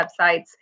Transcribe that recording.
websites